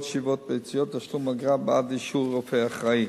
שאיבת ביציות ותשלום אגרה בעד אישור רופא אחראי).